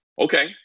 okay